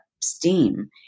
steam